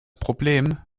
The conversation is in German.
problem